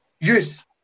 youth